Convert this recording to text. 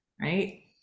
Right